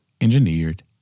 engineered